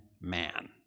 man